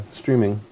streaming